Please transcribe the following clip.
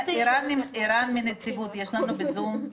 את הדיווח אנחנו מורידים.